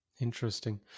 Interesting